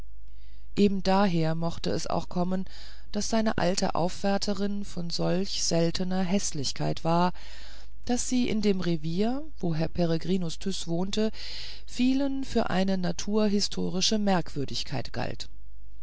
ebendaher mocht es auch kommen daß seine alte aufwärterin von solch seltner häßlichkeit war daß sie in dem revier wo herr peregrinus tyß wohnte vielen für eine naturhistorische merkwürdigkeit galt